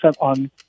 on